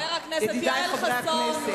ידידי חברי הכנסת,